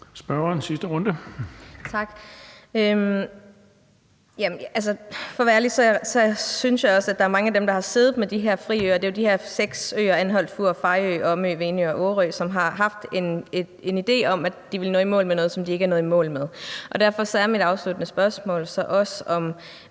Jessen (DD): For at være ærlig tror jeg også, at der er mange af dem, der har siddet med de her friøprojekter – det drejer sig jo om seks øer: Anholt, Fur, Fejø, Omø, Venø og Årø – har haft en idé om, at de ville nå i mål med noget, som de ikke nået i mål med. Derfor er mit afsluttende spørgsmål så også, om